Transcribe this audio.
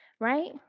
right